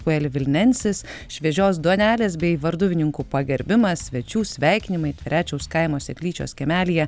pueli vilnensis šviežios duonelės bei varduvininkų pagerbimas svečių sveikinimai tverečiaus kaimo seklyčios kiemelyje